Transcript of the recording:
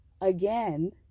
again